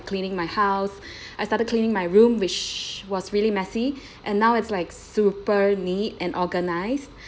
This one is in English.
cleaning my house I started cleaning my room which was really messy and now it's like super neat and organised